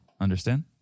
Understand